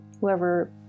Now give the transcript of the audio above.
whoever